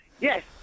Yes